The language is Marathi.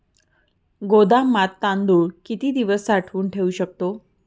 गोदामात तांदूळ किती दिवस साठवून ठेवू शकतो?